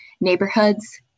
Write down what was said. Neighborhoods